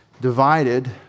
divided